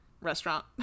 restaurant